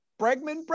Bregman